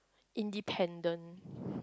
independent